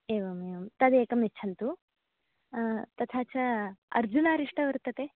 एवं एवं तदेकं यच्छन्तु तथा च अर्जुनारिष्ट वर्तते